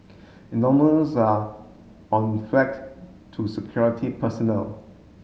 are flagged to security personnel